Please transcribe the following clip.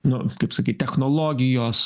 nu kaip sakyt technologijos